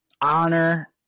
Honor